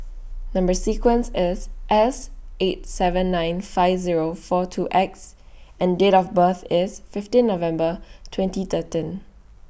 Number sequence IS S eight seven nine five Zero four two X and Date of birth IS fifteen November twenty thirteen